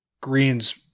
greens